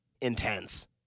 intense